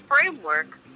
framework